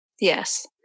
Yes